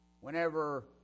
whenever